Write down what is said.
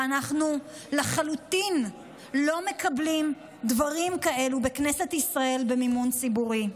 ואנחנו לחלוטין לא מקבלים דברים כאלה בכנסת ישראל במימון ציבורי.